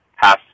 half